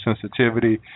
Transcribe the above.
sensitivity